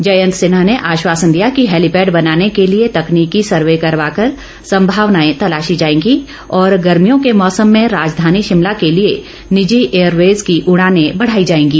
जयंत सिन्हा ने आश्वासन दिया कि हैलीपैड बनाने के लिए तकनीकी सर्वे करवाकर संभावनाएं तलाशी जाएंगी और गर्मियों के मौसम में राजधानी शिमला के लिए निजी एयरवेज की उड़ानें बढ़ाई जाएंगी